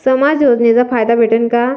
समाज योजनेचा फायदा भेटन का?